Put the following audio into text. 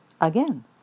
again